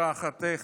איך לפנות,